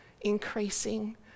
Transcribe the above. increasing